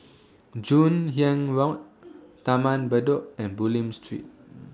Joon Hiang Road Taman Bedok and Bulim Street